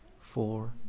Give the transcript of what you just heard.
four